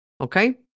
Okay